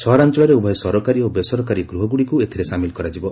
ସହରାଞଳରେ ଉଭୟ ସରକାରୀ ଓ ବେସରକାରୀ ଗୃହଗୁଡ଼ିକୁ ଏଥିରେ ସାମିଲ କରାଯିବ